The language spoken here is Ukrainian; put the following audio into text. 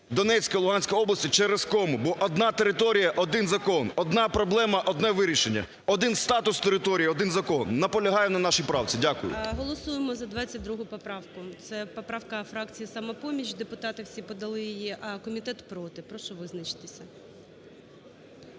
Донецька, Луганська області – через кому, бо одна територія – один закон, одна проблема – одне вирішення, один статус території – один закон. Наполягаю на нашій правці. Дякую. ГОЛОВУЮЧИЙ. Голосуємо за 22 поправку, це поправка фракції "Самопоміч". Депутати всі подали її, а комітет – проти. Прошу визначитися.